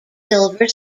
silver